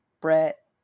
Brett